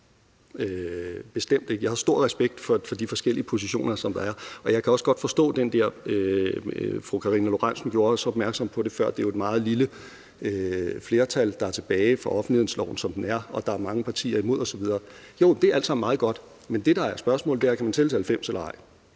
bestemt ikke. Jeg har stor respekt for de forskellige positioner, som der er, og jeg kan også godt forstå den der med – fru Karina Lorentzen gjorde også opmærksom på det før – at det jo er et meget lille flertal for offentlighedsloven, som den er, der er tilbage, og at der er mange partier imod osv. Jo, det er alt sammen meget godt, men det, der er spørgsmålet, er, om man kan tælle til 90 eller ej.